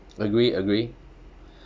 agree agree